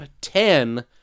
ten